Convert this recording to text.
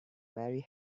mary